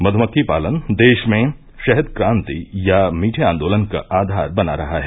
मधुमक्खी पालन देश में शहद क्रांति या मीठे आंदोलन का आधार बना रहा है